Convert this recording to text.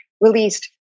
released